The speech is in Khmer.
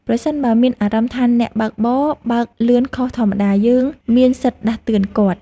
ប្រសិនបើមានអារម្មណ៍ថាអ្នកបើកបរ បើកលឿនខុសធម្មតា យើងមានសិទ្ធិដាស់តឿនគាត់។